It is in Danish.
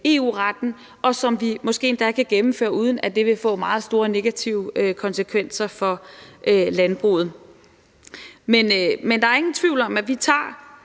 EU-retten, og som vi måske endda kan gennemføre, uden at det vil få meget store negative konsekvenser for landbruget. Men der er ingen tvivl om, at vi tager